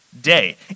Day